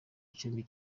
gicumbi